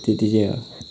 त्यति चाहिँ हो